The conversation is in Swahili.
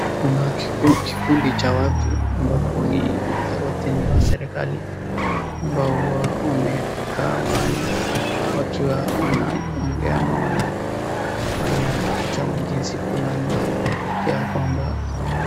Kuna kikundi cha watu ambapo ni za wote ni wa serikali ambao wamekaa mahali wakiwa wanaongea ama wanafanya kitu ama jinsi fulani ya kwamba...